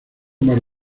más